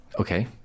Okay